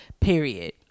period